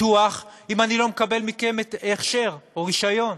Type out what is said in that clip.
ביטוח אם אני לא מקבל מכם הכשר או רישיון,